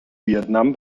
vietnam